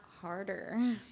harder